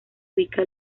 ubica